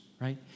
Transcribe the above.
right